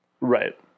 Right